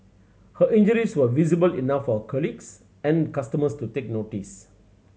her injuries were visible enough for her colleagues and customers to take notice